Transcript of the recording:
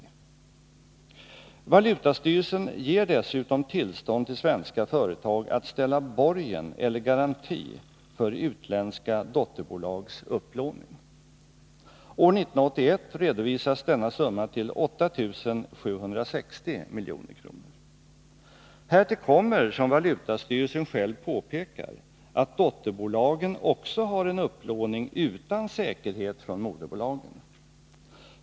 Valutastyrelsen ger dessutom tillstånd till svenska företag att ställa borgen eller garanti för utländska dotterbolags upplåning. År 1981 redovisas denna summa till 8760 milj.kr. Härtill kommer, som valutastyrelsen påpekar, att dotterbolagen också har en upplåning utan säkerhet från moderbolagen.